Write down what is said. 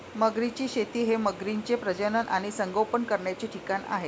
मगरींची शेती हे मगरींचे प्रजनन आणि संगोपन करण्याचे ठिकाण आहे